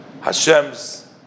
Hashem's